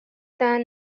than